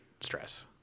stress